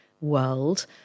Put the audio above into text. world